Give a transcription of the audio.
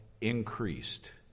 increased